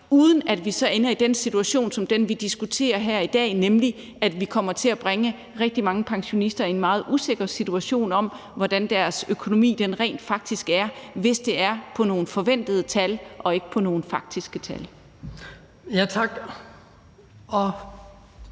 uden at vi så ender i en situation som den, vi diskuterer her i dag, nemlig at vi kommer til at bringe rigtig mange pensionister i en meget usikker situation, i forhold til hvordan deres økonomi rent faktisk er, hvis det beregnes ud fra nogle forventede tal og ikke ud fra nogle faktiske tal. Kl.